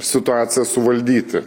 situaciją suvaldyti